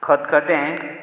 खतखतें